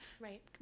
right